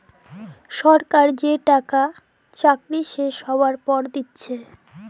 যে টাকা সরকার থেকে চাকরি শেষ হ্যবার পর দিচ্ছে